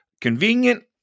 Convenient